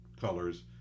colors